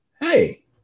hey